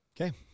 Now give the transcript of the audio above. okay